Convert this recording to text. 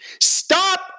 Stop